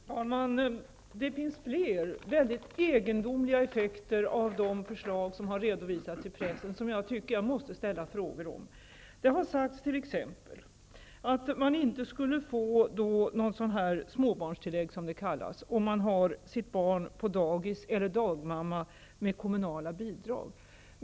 Herr talman! Det finns fler, väldigt egendomliga, effekter av de förslag som har redovisats i pressen och som jag vill ställa frågor om. Det har t.ex. sagts att man inte skulle få småbarnstillägg om man har sitt barn på ''dagis'' eller hos dagmamma och på det viset åtnjuter kommunala bidrag.